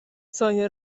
سایه